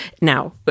Now